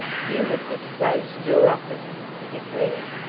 you have disgraced your office, he declared,